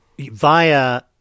Via